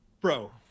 bro